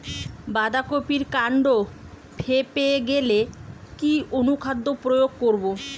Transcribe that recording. বাঁধা কপির কান্ড ফেঁপে গেলে কি অনুখাদ্য প্রয়োগ করব?